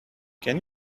can